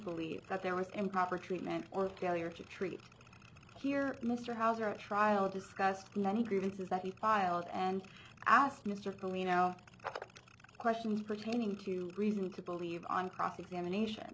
believe that there was improper treatment or failure to treat here mr hauser at trial discussed many grievances that he filed and asked mr comino questions pertaining to reason to believe on cross examination